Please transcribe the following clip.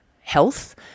health